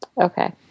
Okay